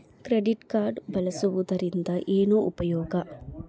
Credit card ಬಳಸುವದರಿಂದ ಏನು ಉಪಯೋಗ?